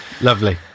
Lovely